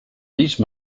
these